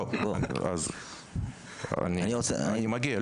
לא, אני מגיע.